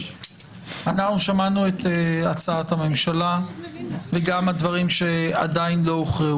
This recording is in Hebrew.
שמענו את הצעת הממשלה וגם הדברים שעדיין לא הוכרעו.